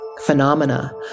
phenomena